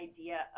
idea